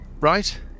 right